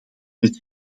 met